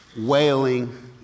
wailing